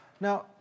Now